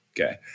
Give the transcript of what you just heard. Okay